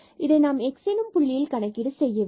இதை நாம் x எனும் புள்ளியில் கணக்கீடு செய்ய வேண்டும்